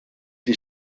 die